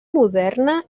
moderna